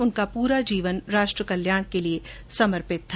उनका पूरा जीवन राष्ट्र कल्याण के लिये समर्पित था